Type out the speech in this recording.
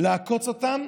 לעקוץ אותם,